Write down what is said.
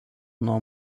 nuo